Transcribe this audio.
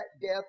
death